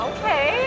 Okay